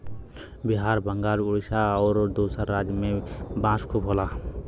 बिहार बंगाल उड़ीसा आउर दूसर राज में में बांस खूब होला